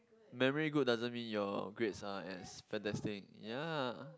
memory good doesn't mean your grades are as fantastic ya